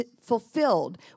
fulfilled